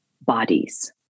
bodies